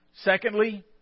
Secondly